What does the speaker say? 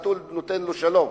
החתול נותן לו שלום.